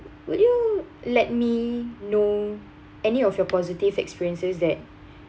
will you let me know any of your positive experiences that